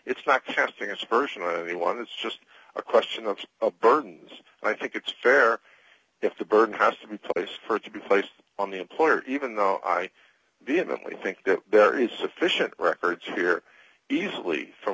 on anyone it's just a question of burton's i think it's fair if the burden has to be placed for it to be placed on the employer even though i vehemently think that there is sufficient records here easily from